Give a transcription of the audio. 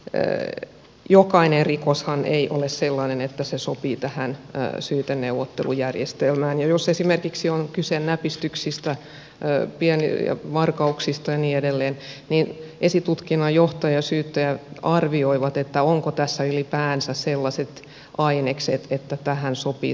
tietenkään jokainen rikoshan ei ole sellainen että se sopii tähän syyteneuvottelujärjestelmään ja jos esimerkiksi on kyse näpistyksistä pienistä varkauksista ja niin edelleen niin esitutkinnan johtaja ja syyttäjä arvioivat onko tässä ylipäänsä sellaiset ainekset että tähän sopii se syyteneuvottelu